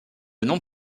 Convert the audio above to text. nom